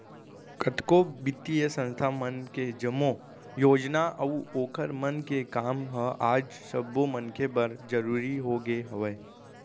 कतको बित्तीय संस्था मन के जम्मो योजना अऊ ओखर मन के काम ह आज सब्बो मनखे बर जरुरी होगे हवय